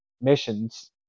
missions